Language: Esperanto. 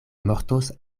mortos